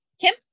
Kim